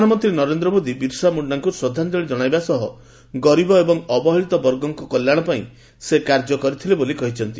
ପ୍ରଧାନମନ୍ତ୍ରୀ ନରେନ୍ଦ୍ର ମୋଦି ବିର୍ସା ମୁଖାଙ୍କୁ ଶ୍ରଦ୍ଧାଞ୍ଚଳି ଜଣାଇବା ସହ ଗରିବ ଏବଂ ଅବହେଳିତ ବର୍ଗଙ୍କ କଲ୍ୟାଣ ପାଇଁ ସେ କାର୍ଯ୍ୟ କରିଥିଲେ ବୋଲି କହିଛନ୍ତି